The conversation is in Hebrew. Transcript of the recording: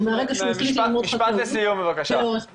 לאורך הגבולות,